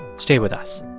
stay with us